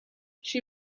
she